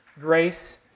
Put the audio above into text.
grace